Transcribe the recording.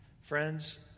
Friends